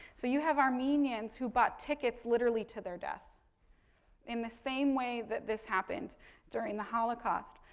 so, you have armenians who bought tickets, literally, to their death in the same way that this happened during the holocaust.